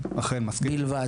ירוחם --- ירושלים חשובה לו.